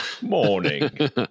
Morning